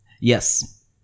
Yes